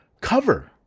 cover